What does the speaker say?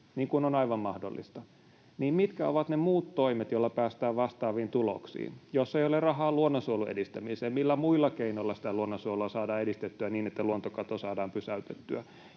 niin kuin on aivan mahdollista, niin mitkä ovat ne muut toimet, joilla päästään vastaaviin tuloksiin? Jos ei ole rahaa luonnonsuojelun edistämiseen, millä muilla keinoilla sitä luonnonsuojelua saadaan edistettyä niin, että luontokato saadaan pysäytettyä?